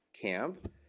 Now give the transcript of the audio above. camp